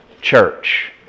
church